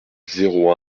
zéro